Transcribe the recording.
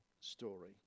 story